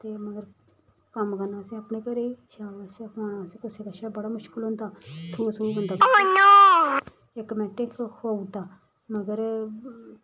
ते मगर कम्म करना असें अपने घरै शाबाशै खुआना असें कुसै कशा बड़ा मुश्कल होंदा इक मैंटे च खोआउदा मगर